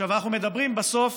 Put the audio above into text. אנחנו מדברים בסוף